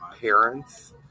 parents